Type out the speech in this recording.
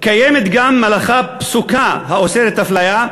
קיימת גם הלכה פסוקה האוסרת אפליה,